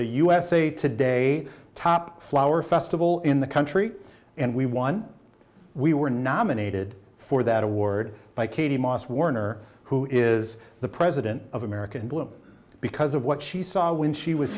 the usa today top flower festival in the country and we won we were nominated for that award by katy moss warner who is the president of american bloom because of what she saw when she was